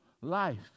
life